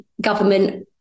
government